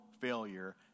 failure